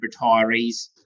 retirees